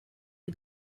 you